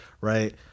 right